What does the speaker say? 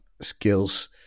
skills